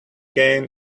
gain